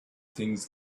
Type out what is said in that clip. things